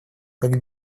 как